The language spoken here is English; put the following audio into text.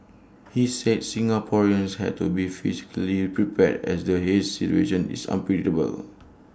he said Singaporeans had to be psychologically prepared as the haze situation is unpredictable